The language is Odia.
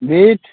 ବିଟ୍